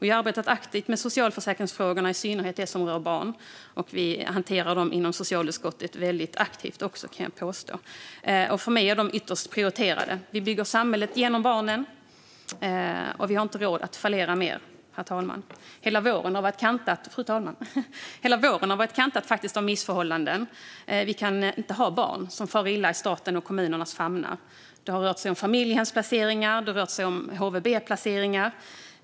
Vi har arbetat aktivt med socialtjänstfrågorna, i synnerhet de frågor som rör barn, och jag påstår att vi hanterar dem väldigt aktivt inom socialutskottet. För mig är dessa frågor ytterst prioriterade. Vi bygger samhället genom barnen, herr talman, och vi har inte råd att fallera mer. Hela våren har kantats av missförhållanden. Vi kan inte ha barn som far illa i statens och kommunernas famnar. Det har rört sig om familjehemsplaceringar och om HVB-placeringar.